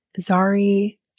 Zari